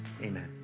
Amen